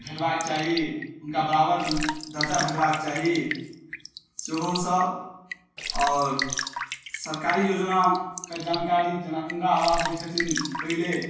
भेटबाक चाही हुनका बराबर दर्जा भेटबाक चाही सेहो सब आओर सरकारी योजनाके जानकारी जेना इन्दिरा आवास दै छथिन पहिले